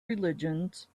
religions